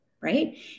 Right